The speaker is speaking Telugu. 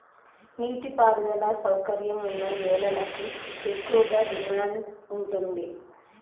నీటి పారుదల సౌకర్యం ఉన్న నేలలకు ఎక్కువగా డిమాండ్ ఉంటుంది